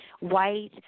white